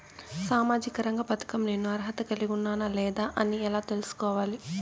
సామాజిక రంగ పథకం నేను అర్హత కలిగి ఉన్నానా లేదా అని ఎలా తెల్సుకోవాలి?